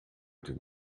den